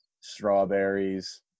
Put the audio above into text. strawberries